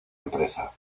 empresa